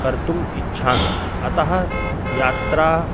कर्तुम् इच्छामि अतः यात्रा